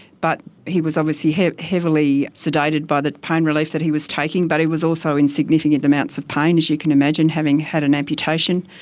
but he was obviously heavily sedated by the pain relief that he was taking but he was also in significant amounts of pain as you can imagine, having had an amputation,